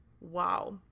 Wow